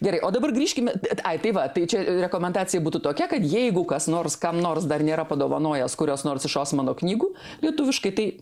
gerai o dabar grįžkime ai tai va tai čia rekomendacija būtų tokia kad jeigu kas nors kam nors dar nėra padovanojęs kurios nors iš osmano knygų lietuviškai tai